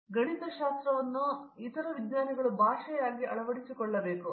ವಿಶ್ವನಾಥನ್ ಗಣಿತಶಾಸ್ತ್ರವನ್ನು ಇತರ ವಿಜ್ಞಾನಿಗಳಿಗೆ ಭಾಷೆಯಾಗಿ ಅಳವಡಿಸಿಕೊಳ್ಳಿ